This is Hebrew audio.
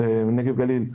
נגב וגליל.